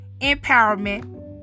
empowerment